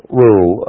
rule